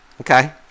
okay